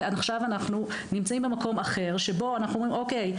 ועכשיו אנחנו נמצאים במקום אחר שבו אנחנו אומרים "אוקיי,